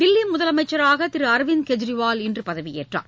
தில்லி முதலமைச்சராக திரு அரவிந்த் கெஜ்ரிவால் இன்று பதவியேற்றார்